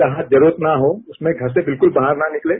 जहां जरूरत न हो उसमें घर से बिल्कूल बाहर न निकलें